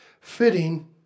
Fitting